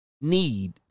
need